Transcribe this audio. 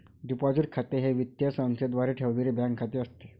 deposit खाते हे वित्तीय संस्थेद्वारे ठेवलेले बँक खाते असते